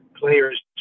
players